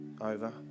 over